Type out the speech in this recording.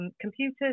computers